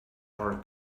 are